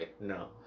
No